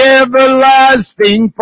everlasting